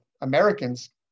Americans